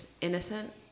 innocent